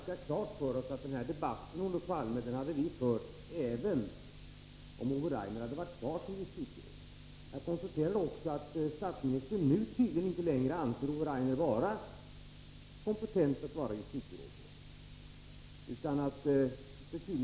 främja svensk företagsetablering på Cuba